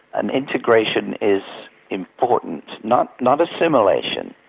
and integration is important, not not assimilation,